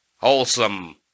wholesome